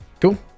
Cool